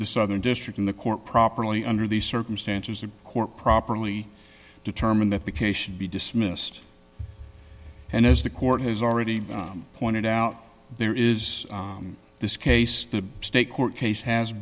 the southern district in the court properly under these circumstances the court properly determined that the case should be dismissed and as the court has already pointed out there is this case the state court case has